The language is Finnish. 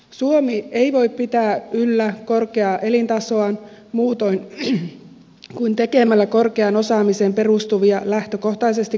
suomi ei voi pitää yllä korkeaa elintasoa muutoin kuin tekemällä korkeaan osaamiseen perustuvia lähtökohtaisesti kalliita tuotteita